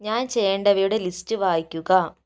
ഞാൻ ചെയ്യേണ്ടവയുടെ ലിസ്റ്റ് വായിക്കുക